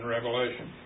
Revelation